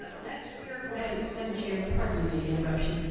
ah next we are going madame madame chair, pardon the interruption.